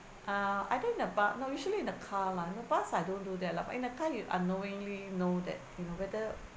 ah I think the but no usually in the car lah bus I don't do that lah but in the car you unknowingly know that you know whether